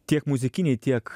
tiek muzikiniai tiek